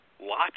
lock